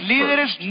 Leaders